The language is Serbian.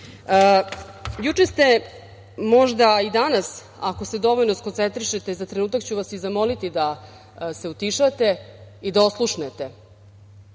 ste, a možda i danas… Ako se dovoljno skoncentrišete, za trenutak ću vas i zamoliti da se utišate i da oslušnete.